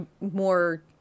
more